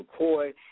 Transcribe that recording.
McCoy